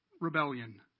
rebellion